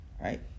Right